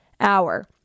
hour